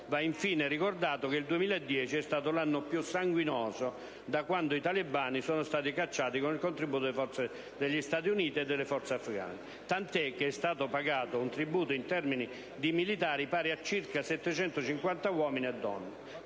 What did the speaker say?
Va, infine, ricordato che il 2010 è stato l'anno più sanguinoso da quando i talebani sono stati cacciati, con il contributo delle forze degli Stati Uniti e delle forze afgane, tant'è che è stato pagato un tributo in termini di militari pari a circa 750 uomini e donne,